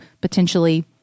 potentially